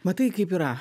matai kaip yra